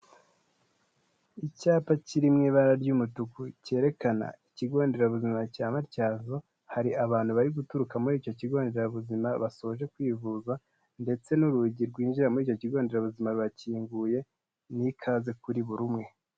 Icyapa kiri mu ibara ry'umutuku cyerekana ikigo nderabuzima cya Matyazo, hari abantu bari guturuka muri icyo kigo nderabuzima basoje kwivuza, ndetse n'urugi rwinjira muri icyo kigo nderabuzima rurakinguye, ni ikaze kuri buri umwe.